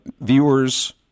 viewers